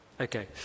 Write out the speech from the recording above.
Okay